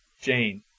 Jane